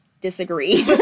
Disagree